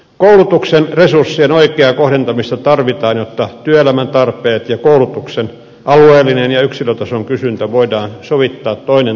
koulutuksen resurssien oikeaa kohdentamista tarvitaan jotta työelämän tarpeet ja koulutuksen alueellinen ja yksilötason kysyntä voidaan sovittaa toinen toisiinsa